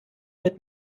mit